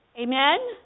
amen